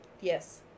yes